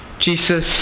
Jesus